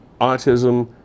autism